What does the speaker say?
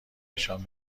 نشان